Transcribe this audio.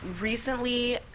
recently